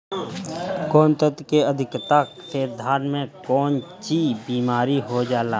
कौन तत्व के अधिकता से धान में कोनची बीमारी हो जाला?